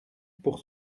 pour